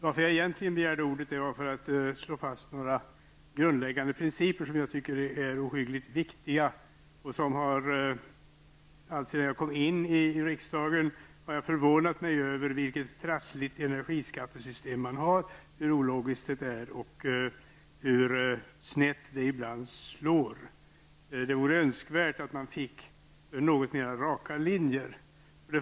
Jag begärde egentligen ordet för att slå fast några grundläggande principer som jag anser är oerhört viktiga. Alltsedan jag kom in i riksdagen har jag förvånat mig över det trassliga energiskattesystem som finns, hur ologiskt det är och hur snett det ibland slår. Det vore önskvärt att man fick något mer rakare linjer.